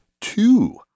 two